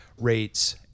rates